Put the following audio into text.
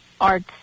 arts